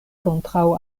kontraŭ